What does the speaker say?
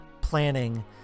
planning